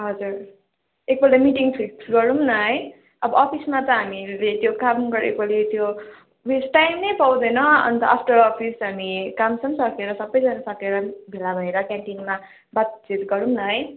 हजुर एक पल्ट मिटिङ फिक्स गरौँ न है अब अफिसमा त हामीले त्यो काम गरेकोले त्यो बेसी टाइम नै पाउँदैन अन्त आफ्टर अफिस अनि काम साम सकेर सबैजना सकेर भेला भएर क्यान्टिनमा बातचित गरौँ न है